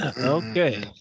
Okay